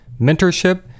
mentorship